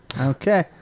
Okay